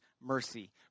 mercy